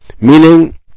meaning